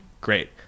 great